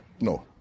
No